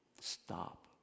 Stop